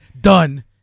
Done